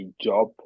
job